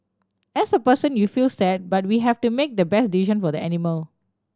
as a person you feel sad but we have to make the best decision for the animal